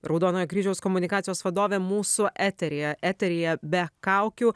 raudonojo kryžiaus komunikacijos vadovė mūsų eteryje eteryje be kaukių